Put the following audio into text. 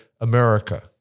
America